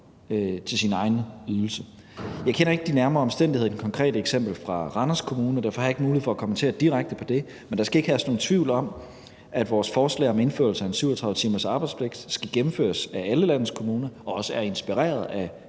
til sin egen ydelse. Jeg kender ikke de nærmere omstændigheder i det konkrete eksempel fra Randers Kommune, og derfor har jeg ikke mulighed for at kommentere direkte på det, men der skal ikke herske nogen tvivl om, at vores forslag om indførelse af en 37 timers arbejdspligt skal gennemføres af alle landets kommuner og også er inspireret af